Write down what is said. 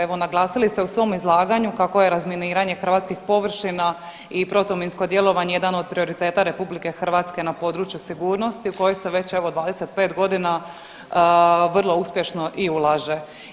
Evo naglasili ste u svom izlaganju kako je razminiranje hrvatskih površina i protuminsko djelovanje jedan od prioriteta RH na području sigurnosti u kojoj se već evo 25 godina vrlo uspješno i ulaže.